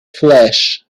flesh